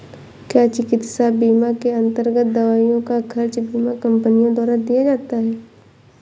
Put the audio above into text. क्या चिकित्सा बीमा के अन्तर्गत दवाइयों का खर्च बीमा कंपनियों द्वारा दिया जाता है?